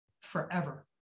forever